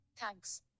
Thanks